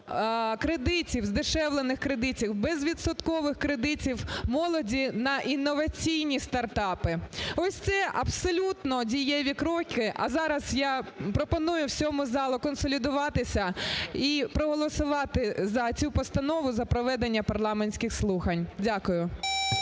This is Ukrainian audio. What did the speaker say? кредитів, здешевлених кредитів, безвідсоткових кредитів молоді на інноваційні стартапи. Ось це абсолютно дієві кроки. А зараз я пропоную всьому залу консолідуватися і проголосувати за цю постанову, за проведення парламентських слухань. Дякую.